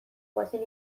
goazen